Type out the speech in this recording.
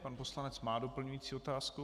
Pan poslanec má doplňující otázku.